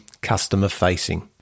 customer-facing